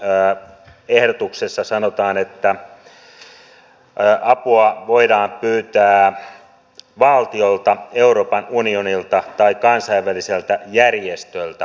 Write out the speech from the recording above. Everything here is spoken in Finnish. täällä ehdotuksessa sanotaan että apua voidaan pyytää valtiolta euroopan unionilta tai kansainväliseltä järjestöltä